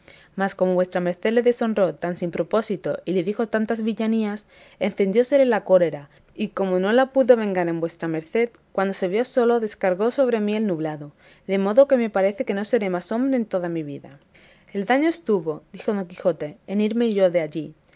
como vuestra merced le deshonró tan sin propósito y le dijo tantas villanías encendiósele la cólera y como no la pudo vengar en vuestra merced cuando se vio solo descargó sobre mí el nublado de modo que me parece que no seré más hombre en toda mi vida el daño estuvo dijo don quijote en irme yo de allí